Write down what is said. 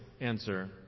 answer